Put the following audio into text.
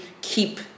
keep